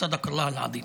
צדק האל הכול-יכול.)